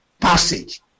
passage